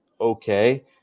okay